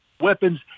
weapons